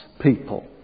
people